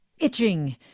itching